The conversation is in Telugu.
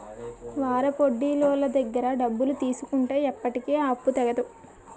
వారాపొడ్డీలోళ్ళ దగ్గర డబ్బులు తీసుకుంటే ఎప్పటికీ ఆ అప్పు తెగదు